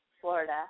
florida